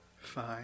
Fine